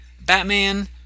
Batman